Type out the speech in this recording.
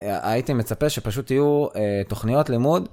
הייתי מצפה שפשוט יהיו תוכניות לימוד.